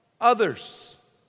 others